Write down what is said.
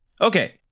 Okay